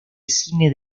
cine